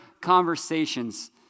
conversations